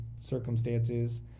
circumstances